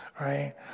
Right